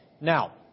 Now